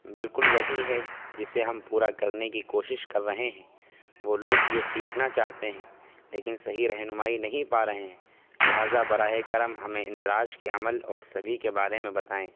بالکل وہی ہے جسے ہم پورا کرنے کی کوشش کر رہے ہیں وہ لوگ جو سیکھنا چاہتے ہیں لیکن صحیح رہنمائی نہیں پا رہے ہیں لہذا براہ کرم ہمیں اندراج کے عمل اور سبھی کے بارے میں بتائیں